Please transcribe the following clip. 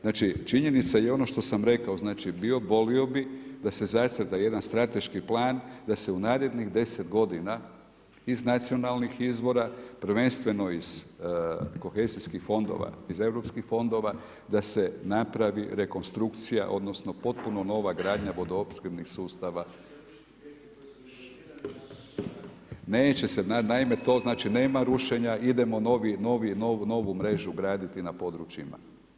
Znači činjenica je ono što sam rekao, volio bih da se zacrta jedan strateški plan da se u narednih 10 godina iz nacionalnih izvora prvenstveno iz kohezijskih fondova, iz europskih fondova da se napravi rekonstrukcija odnosno potpuno nova gradnja vodoopskrbnih sustava … [[upadica, ne razumije se]] Neće se, naime znači nema rušenja idemo novu mrežu graditi na područjima.